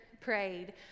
prayed